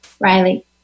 Riley